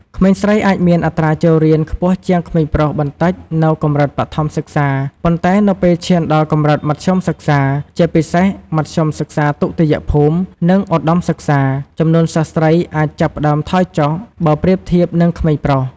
ក្មេងស្រីអាចមានអត្រាចូលរៀនខ្ពស់ជាងក្មេងប្រុសបន្តិចនៅកម្រិតបឋមសិក្សា ប៉ុន្តែ នៅពេលឈានដល់កម្រិតមធ្យមសិក្សា ជាពិសេសមធ្យមសិក្សាទុតិយភូមិ និងឧត្តមសិក្សា ចំនួនសិស្សស្រីអាចចាប់ផ្តើមថយចុះ បើធៀបនឹងក្មេងប្រុស។